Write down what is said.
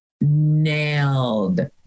nailed